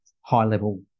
high-level